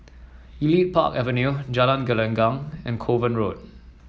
Elite Park Avenue Jalan Gelenggang and Kovan Road